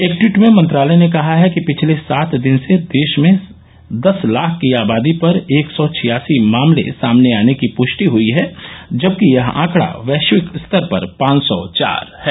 एक ट्वीट में मंत्रालय ने कहा है कि पिछले सात दिन से देश में दस लाख की आबादी पर एक सौ छियासी मामले सामने आने की पुष्टि हुई है जबकि यह आंकड़ा वैश्विक स्तर पर पांच सौ चार है